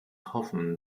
hoffen